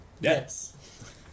Yes